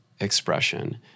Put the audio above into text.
expression